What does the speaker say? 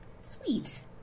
Sweet